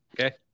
Okay